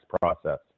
process